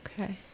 Okay